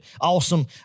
awesome